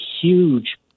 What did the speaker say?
huge